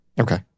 Okay